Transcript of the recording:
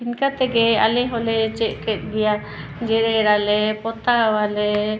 ᱤᱱᱠᱟ ᱛᱮᱜᱮ ᱟᱞᱮ ᱦᱚᱸᱞᱮ ᱪᱮᱫ ᱠᱮᱫ ᱜᱮᱭᱟ ᱡᱮᱨᱮᱲᱟᱞᱮ ᱯᱚᱛᱟᱣ ᱟᱞᱮ